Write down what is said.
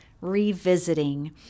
revisiting